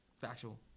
Factual